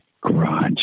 garage